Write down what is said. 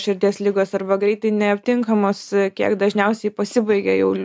širdies ligos arba greitai neaptinkamos kiek dažniausiai pasibaigia jau